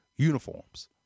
uniforms